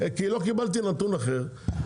כי לא קיבלתי נתון אחר,